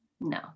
No